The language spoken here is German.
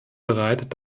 bereit